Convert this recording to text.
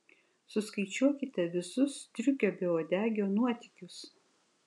suskaičiuokite visus striukio beuodegio nuotykius